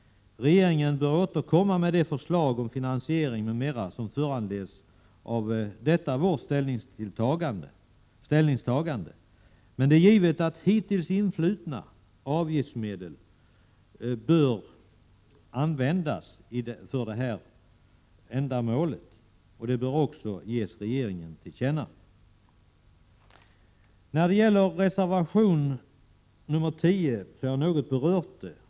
Regeringen bör återkomma med de förslag om finansiering m.m. som föranleds av vårt ställningstagande. Hittills influtna avgiftsmedel bör dock användas för detta ändamål. Detta bör riksdagen också ge regeringen till känna. Reservation 10 har jag redan kort berört.